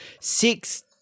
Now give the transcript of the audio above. six